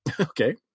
Okay